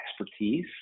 expertise